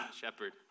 shepherd